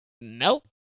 nope